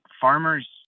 farmers